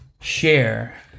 Share